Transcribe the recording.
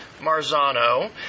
Marzano